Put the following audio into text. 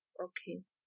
okay